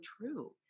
true